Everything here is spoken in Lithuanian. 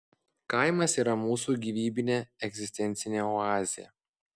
kaimas yra mūsų gyvybinė egzistencinė oazė